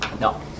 No